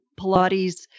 Pilates